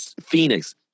Phoenix